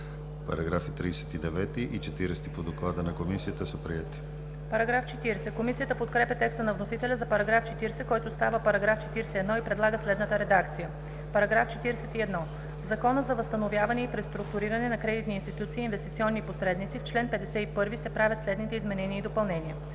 Параграфи 39 и 40 по доклада на Комисията са приети. ДОКЛАДЧИК ЕВГЕНИЯ АНГЕЛОВА: Комисията подкрепя текста на вносителя за § 40, който става § 41, и предлага следната редакция: „§ 41. В Закона за възстановяване и преструктуриране на кредитни институции и инвестиционни посредници в чл. 51 се правят следните изменения и допълнения: